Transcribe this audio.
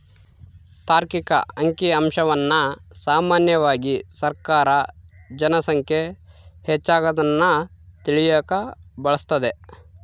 ತಾರ್ಕಿಕ ಅಂಕಿಅಂಶವನ್ನ ಸಾಮಾನ್ಯವಾಗಿ ಸರ್ಕಾರ ಜನ ಸಂಖ್ಯೆ ಹೆಚ್ಚಾಗದ್ನ ತಿಳಿಯಕ ಬಳಸ್ತದೆ